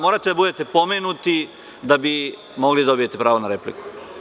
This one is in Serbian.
Morate da budete pomenuti da biste dobili pravo na repliku.